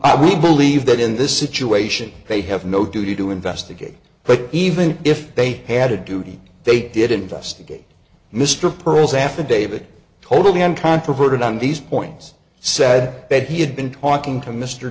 are we believe that in this situation they have no duty to investigate but even if they had a duty they did investigate mr pearl's affidavit totally uncontroverted on these points said bed he had been talk and to mr